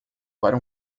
para